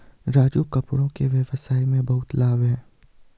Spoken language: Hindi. राजू कपड़ों के व्यवसाय में बहुत लाभ है